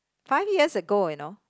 five years ago you know